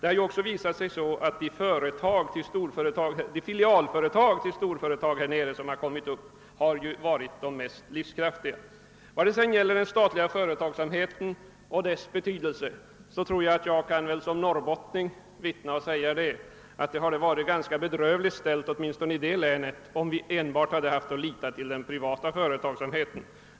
— Det har ju också visat sig att de filialföretag till storföretag längre ned i landet som startats i Norland varit de mest livskraftiga. : Vad sedan gäller den statliga företagsamheten och dess betydelse tror jag att jag som norrbottning kan omvittna, att det hade varit ganska bedrövligt ställt härvidlag åtminstone i Norrbottens län om vi enbart hade haft att lita till den privata företagsamheten.